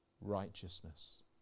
righteousness